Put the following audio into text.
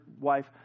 wife